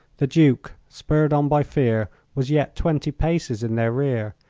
the duke, spurred on by fear, was yet twenty paces in their rear,